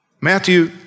Matthew